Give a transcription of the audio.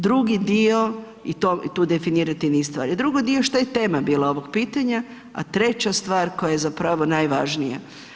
Drugi dio, i tu definirati niz stvari, drugi dio što je tema bila ovog pitanja, a treća stvar koja je zapravo najvažnija.